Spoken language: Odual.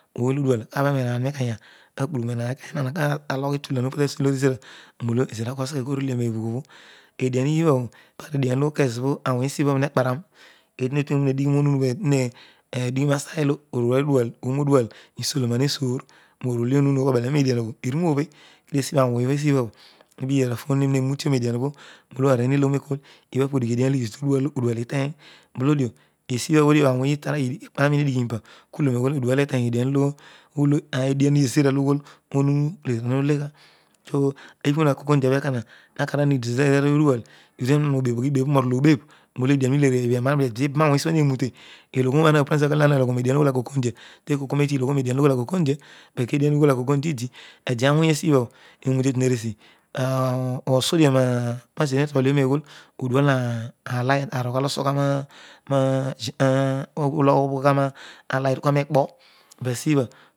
Ooy olo odual kaibhan wath mpikerja ka populushe roebaan mpikeya opo tasighisign ezura polo ezira koseghe korele eion ishabbo, edián olo kezobro ponwo esi bha bho he kparan eedi metuedighi monunu obho hedigmi naor olo oomor oduec mosor nisolorng moru ole ohunu obho obela roen obho edian obho iruroobhe kedio esibhi awony obho esibhabho mè bidi roara phone obho me rau troghon edian obho helaghari hekel iba pe edia olo odual heny lighol ole olo ezoor uslegha unnitelligible morol obebl molo edian oblo ikeelpe enara, edilbarawory abho eabha te kool kua deedi elo quaraño median olo lushool akokoudia edeawony esibha ernute eruesi eedi osvidio tha solar or generator loghomie oghol o dual alight erigha to odual mikpo but silbha.